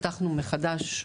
פתחנו מחדש,